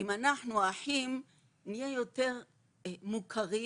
אם אנחנו האחים נהיה יותר מוכרים.